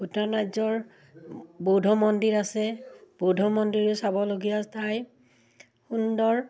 ভূটান ৰাজ্যৰ বৌধ মন্দিৰ আছে বৌধ মন্দিৰো চাবলগীয়া ঠাই সুন্দৰ